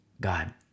God